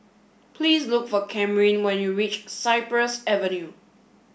please look for Camryn when you reach Cypress Avenue